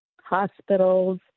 hospitals